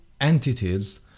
entities